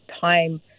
time